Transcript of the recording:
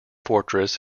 fortress